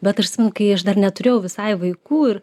bet aš atsimenu kai aš dar neturėjau visai vaikų ir